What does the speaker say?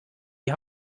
die